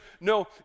no